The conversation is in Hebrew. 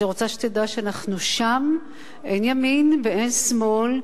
אני רוצה שתדע שאנחנו שם, אין ימין ואין שמאל,